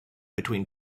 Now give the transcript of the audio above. between